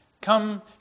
come